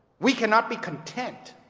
we cannot be content